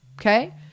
okay